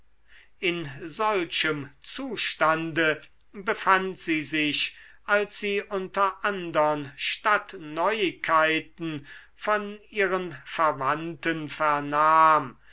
in solchem zustande befand sie sich als sie unter andern stadtneuigkeiten von ihren verwandten vernahm